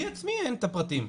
לי עצמי אין את הפרטים.